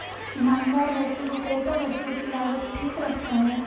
ईमानदार वस्तु विक्रेता वस्तु की लागत ठीक रखता है